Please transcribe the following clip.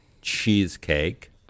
cheesecake